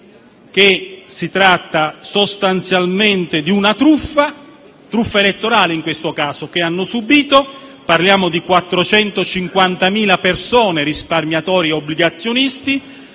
che si tratta sostanzialmente di una truffa, elettorale in questo caso, che hanno subìto. Parliamo di 450.000 risparmiatori e obbligazionisti,